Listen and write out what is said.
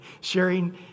sharing